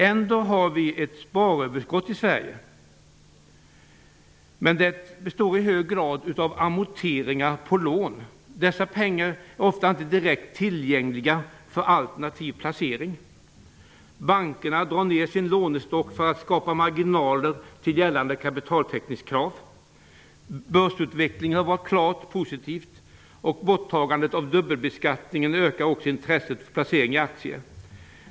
Ändå har vi ett sparandeöverskott i Sverige, men det består i hög grad av amorteringar på lån. Dessa pengar är ofta inte direkt tillgängliga för alternativ placering. Bankerna drar ner sin lånestock för att skapa marginaler till gällande kapitaltäckningskrav. Börsutvecklingen har varit klart positiv, och borttagandet av dubbelbeskattningen ökar också intresset för placering i aktier.